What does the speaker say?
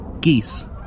Geese